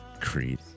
Creed